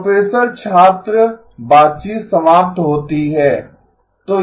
professor छात्र बातचीत समाप्त होती है